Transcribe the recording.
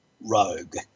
rogue